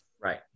right